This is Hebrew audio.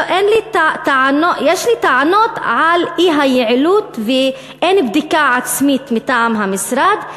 יש לי טענות על אי-יעילות וחוסר בדיקה עצמית מטעם המשרד,